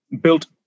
built